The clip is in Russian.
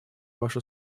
ваши